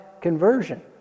conversion